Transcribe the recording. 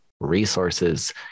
resources